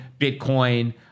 Bitcoin